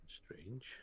strange